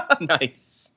Nice